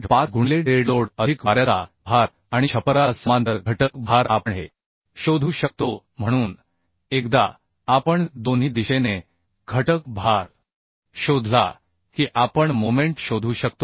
5 गुणिले dead load अधिक वाऱ्याचा भार आणि छप्पराला समांतर घटक भार आपण हे शोधू शकतो म्हणून एकदा आपण दोन्ही दिशेने घटक भार शोधला की आपण मोमेंट शोधू शकतो